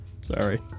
Sorry